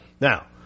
now